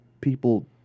people